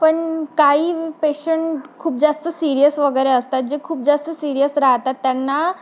पण काही पेशंट खूप जास्त सिरियस वगैरे असतात जे खूप जास्त सिरियस राहतात त्यांना